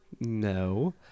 No